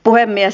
puhemies